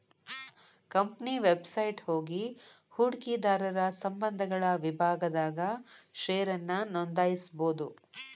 company website ಹೋಗಿ ಹೂಡಕಿದಾರರ ಸಂಬಂಧಗಳ ವಿಭಾಗದಾಗ ಷೇರನ್ನ ನೋಂದಾಯಿಸಬೋದು